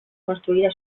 construida